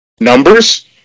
numbers